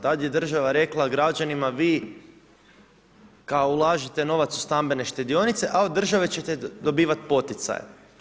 Tad je država rekla građanima vi ulažite novac u stambene štedionice, a od države ćete dobivati poticaje.